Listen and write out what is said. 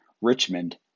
Richmond